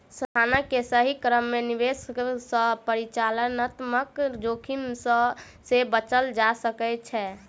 संस्थान के सही क्रम में निवेश सॅ परिचालनात्मक जोखिम से बचल जा सकै छै